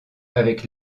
avec